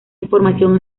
información